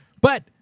But-